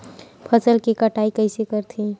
फसल के कटाई कइसे करथे?